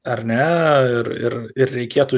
ar ne ir ir ir reikėtų